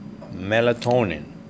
melatonin